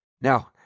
Now